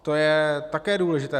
To je také důležité.